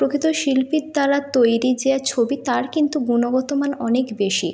প্রকৃত শিল্পীর দ্বারা তৈরি যে ছবি তার কিন্তু গুণগত মান অনেক বেশি